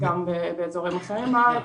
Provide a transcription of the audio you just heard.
גם באזורים אחרים בארץ,